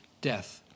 death